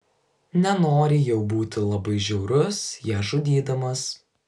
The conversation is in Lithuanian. nenori jau būti labai žiaurus ją žudydamas